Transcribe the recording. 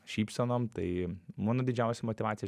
šypsenom tai mano didžiausia motyvacija